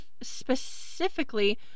specifically